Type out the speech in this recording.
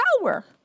power